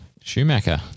Schumacher